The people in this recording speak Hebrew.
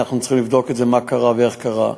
אנחנו צריכים לבדוק את זה: מה קרה ואיך קרה.